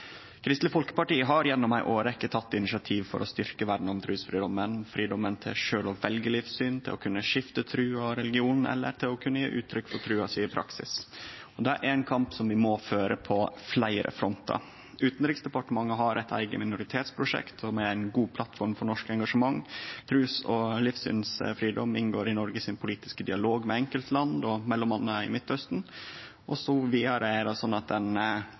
Kristeleg Folkeparti har gjennom ei årrekkje teke initiativ til å styrkje vernet om trusfridomen, fridomen til sjølv å velje livssyn, til å kunne skifte tru og religion eller til å kunne gje uttrykk for trua si i praksis. Det er ein kamp som vi må føre på fleire frontar. Utanriksdepartementet har eit eige minoritetsprosjekt, som er ei god plattform for norsk engasjement. Trus- og livssynsfridom inngår i Noregs politiske dialog med enkeltland, m.a. i Midtausten. Vidare er dette er